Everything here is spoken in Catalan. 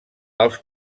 els